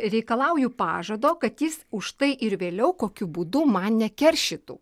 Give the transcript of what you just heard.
reikalauju pažado kad jis už tai ir vėliau kokiu būdu man nekeršytų